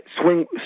Swing